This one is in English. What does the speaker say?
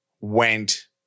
went